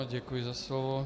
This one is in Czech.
Děkuji za slovo.